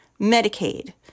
Medicaid